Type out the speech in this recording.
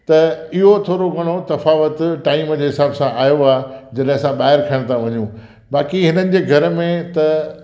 त इहो थोरो घणो तफ़ावत टाइम जे हिसाब सां आयो आहे जॾहिं असां ॿाहिरि खाइण था वञूं बाक़ी हिननि जे घर में त